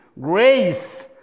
grace